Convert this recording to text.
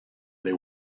they